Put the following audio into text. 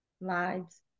lives